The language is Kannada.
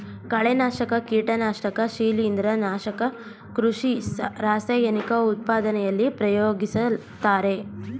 ಕಳೆನಾಶಕ, ಕೀಟನಾಶಕ ಶಿಲಿಂದ್ರ, ನಾಶಕ ಕೃಷಿ ರಾಸಾಯನಿಕ ಉತ್ಪಾದನೆಯಲ್ಲಿ ಪ್ರಯೋಗಿಸುತ್ತಾರೆ